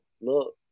look